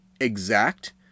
exact